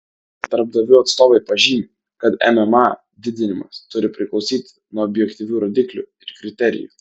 darbdavių atstovai pažymi kad mma didinimas turi priklausyti nuo objektyvių rodiklių ir kriterijų